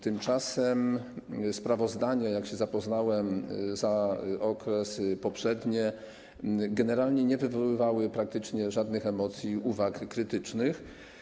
Tymczasem sprawozdania, z którymi się zapoznałem, za okresy poprzednie generalnie nie wywoływały praktycznie żadnych emocji, uwag krytycznych.